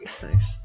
Thanks